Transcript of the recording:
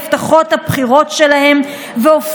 להיאבק בפשיעה במגזר הערבי.